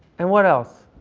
and what else?